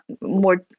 more